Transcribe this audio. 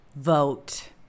Vote